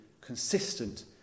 consistent